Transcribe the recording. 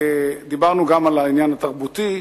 דיברנו גם על העניין התרבותי.